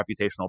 reputational